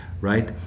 right